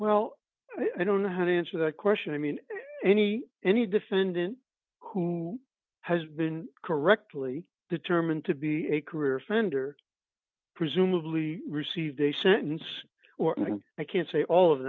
well i don't know how to answer that question i mean any any defendant who has been correctly determined to be a career offender presumably received a sentence or anything i can't say all of